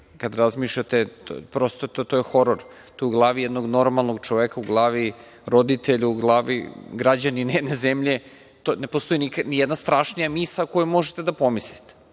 kad razmišljate, prosto to je horor, to u glavi jednog normalnog čoveka, u glavi roditelja, u glavi građanina jedne zemlje ne postoji ni jedna strašnija misao koju možete da pomislite.